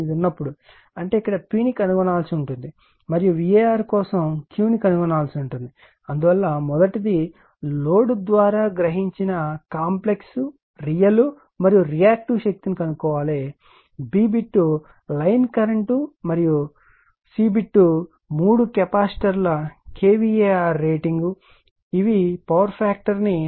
8 ఉన్నప్పుడు అంటే ఇక్కడ P ని కనుగొనవలసి ఉంది మరియు VAr కోసం Q ని కనుగొనవలసి ఉంటుంది అందువల్ల మొదటిది లోడ్ ద్వారా గ్రహించిన కాంప్లెక్స్ రియల్ మరియు రియాక్టివ్ శక్తిని కనుగొనాలి మరియు బి లైన్ కరెంట్ మరియు సిమూడు కెపాసిటర్ల కెవిఆర్ రేటింగ్ ఇవి శక్తి కారకాన్ని 0